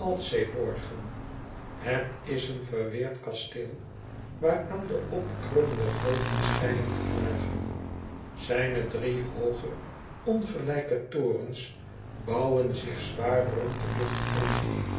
altseeborgen het is een verweerd kasteel waaraan de opkrullende golven schijnen te knagen zijne drie hooge ongelijke torens bouwen zich zwaar rond de lucht in